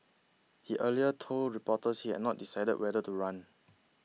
he earlier told reporters he had not decided whether to run